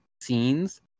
scenes